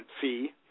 fee